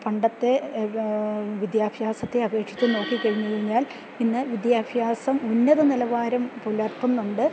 പണ്ടത്തെ വിദ്യാഭ്യാസത്തെ അപേക്ഷിച്ച് നോക്കിക്കഴിഞ്ഞു കഴിഞ്ഞാൽ ഇന്ന് വിദ്യാഭ്യാസം ഉന്നത നിലവാരം പുലർത്തുന്നുണ്ട്